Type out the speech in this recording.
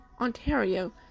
Ontario